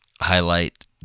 highlight